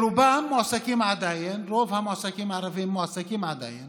רוב המועסקים הערבים מועסקים עדיין